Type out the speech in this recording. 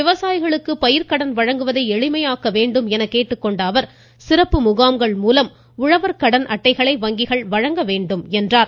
விவசாயிகளுக்கு பயிர்க்கடன் வழங்குவதை எளிமையாக்க வேண்டும் என கேட்டுக்கொண்ட அவர் சிறப்பு முகாம்கள் மூலம் உழவர் கடன் அட்டைகளை வங்கிகள் வழங்க வேண்டும் என்றார்